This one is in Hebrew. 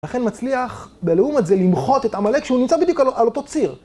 לכן מצליח בלעומת זה למחות את עמלק שהוא נמצא בדיוק על אותו ציר